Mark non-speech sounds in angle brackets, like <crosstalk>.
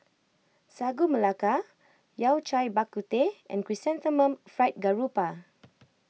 Sagu Melaka Yao Cai Bak Kut Teh and Chrysanthemum Fried Garoupa <noise>